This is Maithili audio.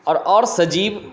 आओर सजीव